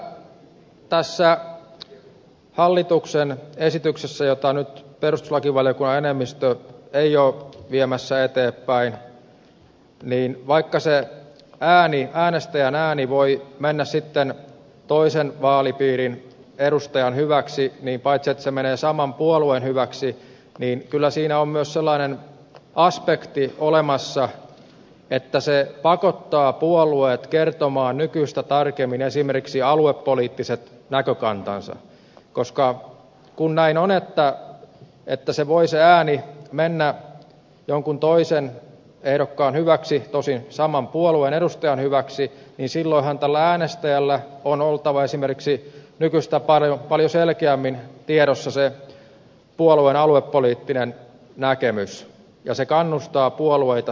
vaikka tässä hallituksen esityksessä jota nyt perustuslakivaliokunnan enemmistö ei ole viemässä eteenpäin se äänestäjän ääni voi mennä sitten toisen vaalipiirin edustajan hyväksi niin paitsi että se menee saman puolueen hyväksi niin kyllä siinä on myös sellainen aspekti olemassa että se pakottaa puolueet kertomaan nykyistä tarkemmin esimerkiksi aluepoliittiset näkökantansa koska kun näin on että se ääni voi mennä jonkun toisen ehdokkaan hyväksi tosin saman puolueen edustajan hyväksi niin silloinhan tällä äänestäjällä on oltava esimerkiksi nykyistä paljon selkeämmin tiedossa se puolueen aluepoliittinen näkemys ja se kannustaa puolueita kertomaan ne